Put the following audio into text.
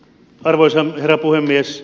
arvoisa herra puhemies